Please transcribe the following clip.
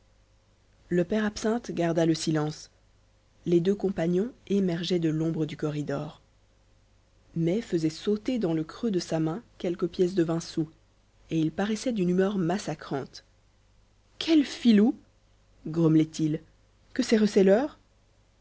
le père absinthe garda le silence les deux compagnons émergeaient de l'ombre du corridor mai faisait sauter dans le creux de sa main quelques pièces de vingt sous et il paraissait d'une humeur massacrante quels filous grommelait-il que ces receleurs